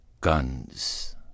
guns